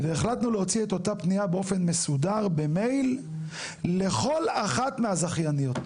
והחלטנו להוציא את אותה פנייה באופן מסודר במייל לכל אחת מהזכייניות.